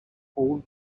all